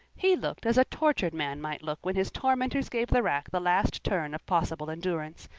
he looked as a tortured man might look when his tormentors gave the rack the last turn of possible endurance.